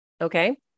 okay